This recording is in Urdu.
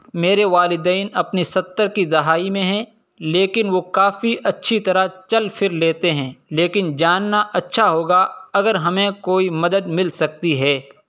میرے والدین اپنی ستر کی دہائی میں ہیں لیکن وہ کافی اچھی طرح چل پھر لیتے ہیں لیکن جاننا اچھا ہوگا اگر ہمیں کوئی مدد مل سکتی ہے